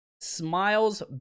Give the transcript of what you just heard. smiles